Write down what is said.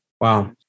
Wow